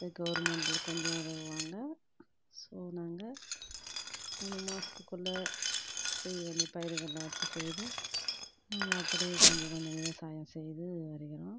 கவர்மெண்டில் கொஞ்சம் உதவுவாங்க ஸோ நாங்கள் மூனு மாதத்துக்குள்ள செய்வினை பயிறுகளாம் வச்சு செய்து நாங்கள் அப்படியே கொஞ்சம் கொஞ்சம் விவசாயம் செய்து வருகிறோம்